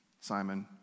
Simon